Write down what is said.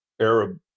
Arab